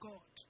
God